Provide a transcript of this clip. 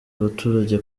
abaturage